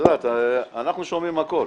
את יודעת, אנחנו שומעים הכול,